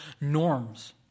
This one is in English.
norms